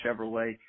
Chevrolet